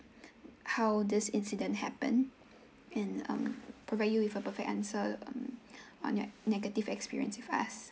how this incident happen and um provide you with a perfect answer um on your negative experience with us